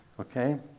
okay